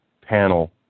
panel